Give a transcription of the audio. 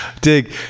Dig